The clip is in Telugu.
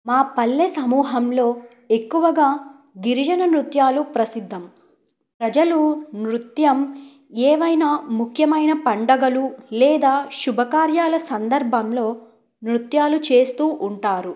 మా పల్లె సమూహంలో ఎక్కువగా గిరిజన నృత్యాలు ప్రసిద్ధం ప్రజలు నృత్యం ఏవైనా ముఖ్యమైన పండగలు లేదా శుభకార్యాల సందర్భంలో నృత్యాలు చేస్తూ ఉంటారు